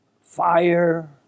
fire